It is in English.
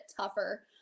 tougher